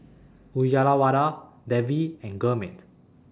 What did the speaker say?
Uyyalawada Devi and Gurmeet